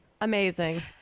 Amazing